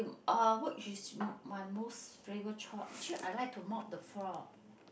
uh which is my most favourite chore actually I like to mop the floor